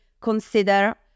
consider